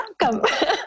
welcome